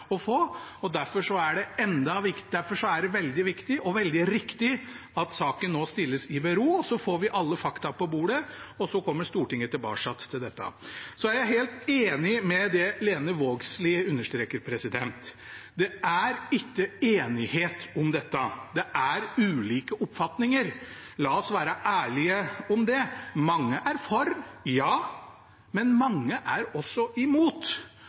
Derfor er det veldig viktig og veldig riktig at saken nå stilles i bero, så får vi alle fakta på bordet, og så kommer Stortinget tilbake til dette. Så er jeg helt enig i det Lene Vågslid understreker. Det er ikke enighet om dette, det er ulike oppfatninger, la oss være ærlige om det. Mange er for – ja, men mange er også imot.